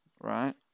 right